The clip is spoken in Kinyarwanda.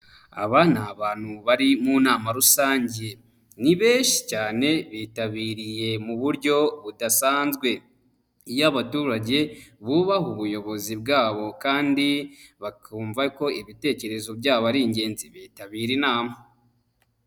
Aba ni abantu bari mu nama rusange. Ni benshi cyane bitabiriye mu buryo budasanzwe. Iyo abaturage bubaha ubuyobozi bwabo kandi bakumva ko ibitekerezo byabo ari ingenzi bitabira inama.